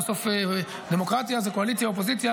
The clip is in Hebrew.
בסוף דמוקרטיה זה קואליציה אופוזיציה,